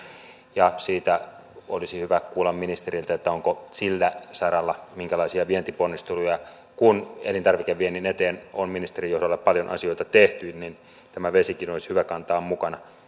ja siitä olisi hyvä kuulla ministeriltä onko sillä saralla minkälaisia vientiponnisteluja kun elintarvikeviennin eteen on ministerin johdolla paljon asioita tehty niin tämä vesikin olisi hyvä kantaa mukana